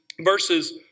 verses